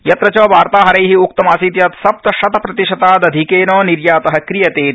यत्र च वार्ताहरण उक्तमासीत् सप्तशतप्रतिशतादधिकेन निर्यात क्रियते इति